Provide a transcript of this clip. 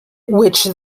which